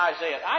Isaiah